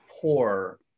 poor